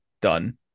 done